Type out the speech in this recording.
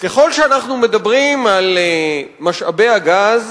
ככל שאנחנו מדברים על משאבי הגז,